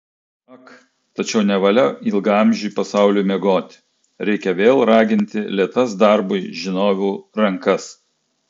ak tačiau nevalia ilgaamžiui pasauliui miegoti reikia vėl raginti lėtas darbui žinovų rankas